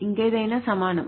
ఇంకేదైనా సమానం